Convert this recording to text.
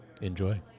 enjoy